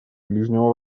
ближнего